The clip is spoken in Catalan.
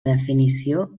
definició